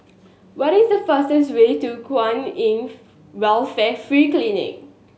what is the fastest way to Kwan In Welfare Free Clinic